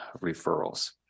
referrals